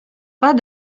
pas